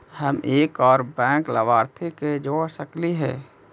हम एक और बैंक लाभार्थी के जोड़ सकली हे?